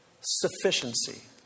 Sufficiency